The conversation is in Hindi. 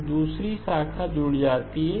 तो दूसरी शाखा जुड़ जाती है